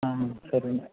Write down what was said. సరే అండి